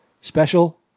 special